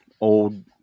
old